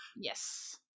yes